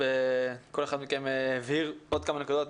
כל אחד מכם הבהיר עוד כמה נקודות,